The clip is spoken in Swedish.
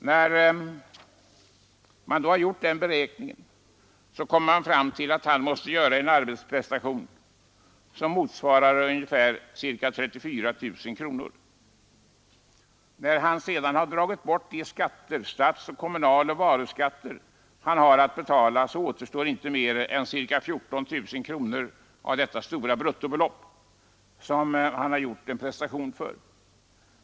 När man har gjort den beräkningen, kommer man fram till att han måste göra en arbetsprestation som motsvarar ungefär 34 000 kr. När han sedan dragit bort de skatter — stats-, kommunaloch varuskatter — han har att betala, så återstår inte mera än ca 14 000 kr. av detta stora bruttobelopp som han har gjort en prestation för.